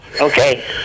Okay